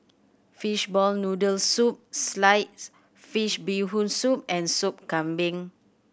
fishball noodle soup sliced fish Bee Hoon Soup and Sop Kambing